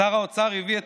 שר האוצר הביא,